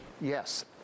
Yes